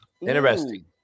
Interesting